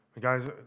Guys